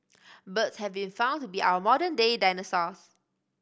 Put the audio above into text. birds have been found to be our modern day dinosaurs